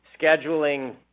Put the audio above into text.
scheduling